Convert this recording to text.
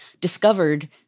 discovered